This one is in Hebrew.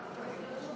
חינוך),